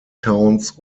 towns